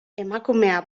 emakumea